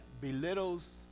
belittles